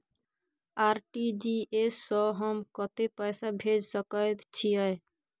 RTG S स हम कत्ते पैसा भेज सकै छीयै?